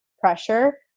pressure